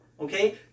okay